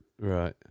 Right